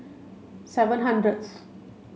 seven hundredth